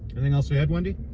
anything else to add wendy?